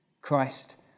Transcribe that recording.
Christ